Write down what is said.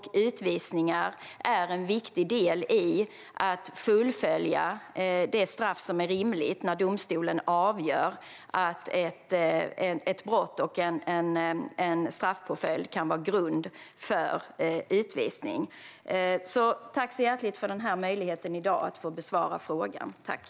Utvisningar är en viktig del i att fullfölja det straff som en domstol har avgjort är rimligt. Ett brott och en straffpåföljd kan vara grund för utvisning. Tack så hjärtligt för möjligheten att besvara frågan i dag!